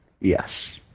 Yes